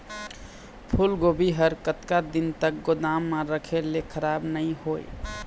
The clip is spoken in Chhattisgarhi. फूलगोभी हर कतका दिन तक गोदाम म रखे ले खराब नई होय?